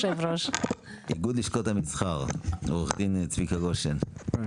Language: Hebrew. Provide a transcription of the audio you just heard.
מאיגוד לשכות המסחר עורך הדין צביקה גושן, בבקשה.